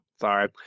sorry